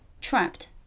trapped